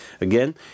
again